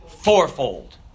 fourfold